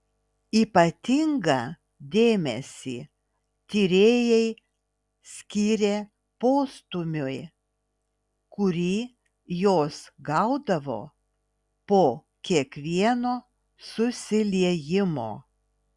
ypatingą dėmesį tyrėjai skyrė postūmiui kurį jos gaudavo po kiekvieno susiliejimo